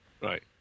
Right